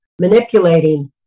manipulating